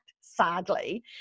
sadly